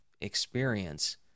Experience